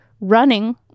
running